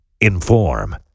inform